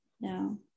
No